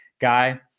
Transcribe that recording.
guy